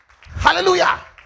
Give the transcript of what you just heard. hallelujah